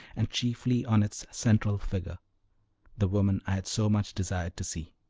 and chiefly on its central figure the woman i had so much desired to see.